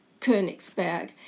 Königsberg